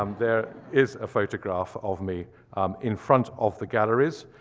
um there is a photograph of me in front of the galleries.